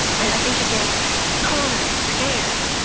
i think you get cornered and scared.